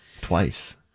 Twice